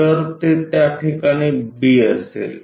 तर ते त्या ठिकाणी B असेल